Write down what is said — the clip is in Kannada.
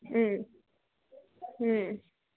ಹ್ಞೂ ಹ್ಞೂ